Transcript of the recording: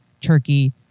turkey